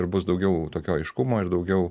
ir bus daugiau tokio aiškumo ir daugiau